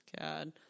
God